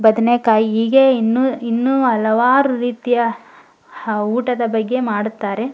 ಬದನೆಕಾಯಿ ಹೀಗೆ ಇನ್ನೂ ಇನ್ನೂ ಹಲವಾರು ರೀತಿಯ ಊಟದ ಬಗೆ ಮಾಡುತ್ತಾರೆ